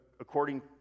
according